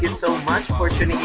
so much